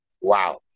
wow